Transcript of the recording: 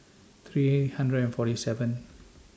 three hundred and forty seventh